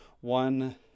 one